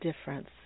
difference